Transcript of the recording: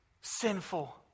Sinful